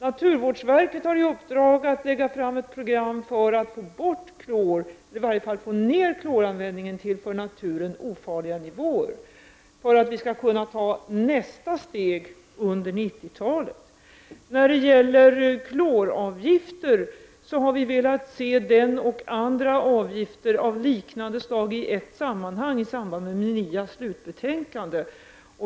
Naturvårdsverket har alltså fått i uppdrag att presentera ett program för minskad kloranvändning, så att man kommer ned på för naturen ofarliga nivåer. Under 90-talet får vi ta nästa steg. När det gäller kloravgiften har vi eftersträvat att se på den och andra avgifter av liknande slag i ett sammanhang i samband med MIAS slutbetänkande.